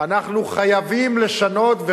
אנחנו חייבים לשנות.